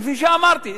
כפי שאמרתי,